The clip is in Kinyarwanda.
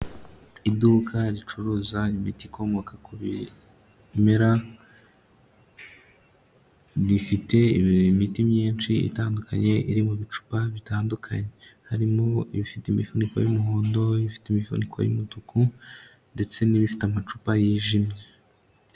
Iduka ricuruza imiti ikomoka ku bimera, rifite imiti myinshi itandukanye iri mu bicupa bitandukanye, harimo ibifite imifuniko y'umuhondo, ibifite imifuniko y'umutuku ndetse n'ibifite amacupa yijimye.